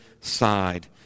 side